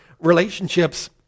relationships